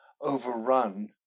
overrun